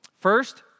First